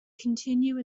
continue